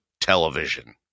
television